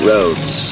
Roads